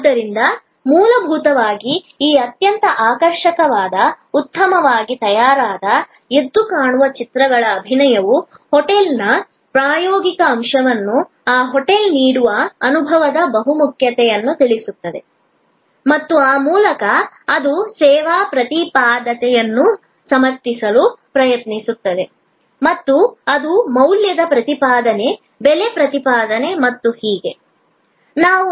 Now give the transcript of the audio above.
ಆದ್ದರಿಂದ ಮೂಲಭೂತವಾಗಿ ಈ ಅತ್ಯಂತ ಆಕರ್ಷಕವಾದ ಉತ್ತಮವಾಗಿ ತಯಾರಾದ ಎದ್ದುಕಾಣುವ ಚಿತ್ರಗಳ ಅಭಿಯಾನವು ಹೋಟೆಲ್ನ ಪ್ರಾಯೋಗಿಕ ಅಂಶವನ್ನು ಆ ಹೋಟೆಲ್ ನೀಡುವ ಅನುಭವದ ಬಹುಮುಖತೆಯನ್ನು ತಿಳಿಸುತ್ತದೆ ಮತ್ತು ಆ ಮೂಲಕ ಅದು ಸೇವಾ ಪ್ರತಿಪಾದನೆಯನ್ನು ಸಮರ್ಥಿಸಲು ಪ್ರಯತ್ನಿಸುತ್ತದೆ ಮತ್ತು ಅದು ಮೌಲ್ಯದ ಪ್ರತಿಪಾದನೆ ಬೆಲೆ ಪ್ರತಿಪಾದನೆ ಮತ್ತು ಹೀಗೆ ನಾವು